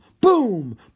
Boom